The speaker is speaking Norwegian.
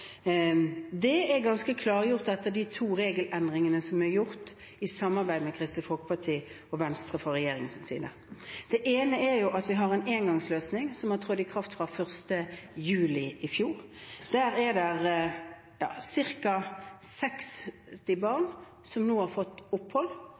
Det er ganske klargjort etter de to regelendringene som er gjort i samarbeid med Kristelig Folkeparti og Venstre fra regjeringens side. Det ene er at vi har en engangsløsning, som trådte i kraft 1. juli i fjor. Cirka 60 barn har nå fått opphold, betydelig flere med tilhørende familier, som